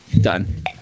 Done